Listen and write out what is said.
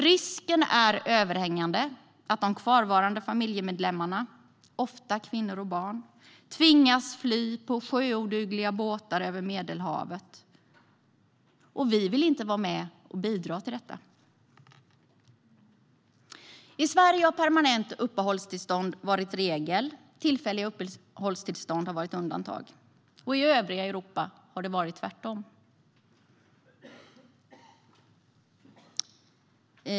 Risken är överhängande för att de kvarvarande familjemedlemmarna - ofta kvinnor och barn - tvingas att fly på sjöodugliga båtar över Medelhavet, och vi vill inte vara med och bidra till detta. I Sverige har permanenta uppehållstillstånd varit regel och tillfälliga uppehållstillstånd har varit undantag. I övriga Europa är det tvärtom.